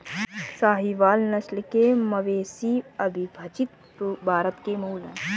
साहीवाल नस्ल के मवेशी अविभजित भारत के मूल हैं